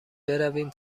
برویم